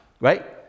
Right